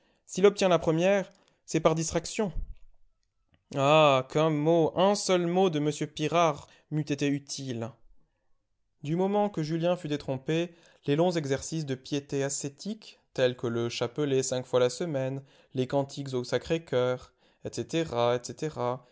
s'il obtient la première c'est par distraction ah qu'un mot un seul mot de m pirard m'eût été utile du moment que julien fut détrompé les longs exercices de piété ascétique tels que le chapelet cinq fois la semaine les cantiques au sacré-coeur etc etc